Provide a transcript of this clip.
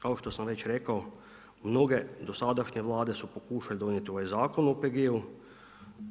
Kao što sam već rekao mnoge dosadašnje Vlade su pokušale donijeti ovaj zakon o OPG-u.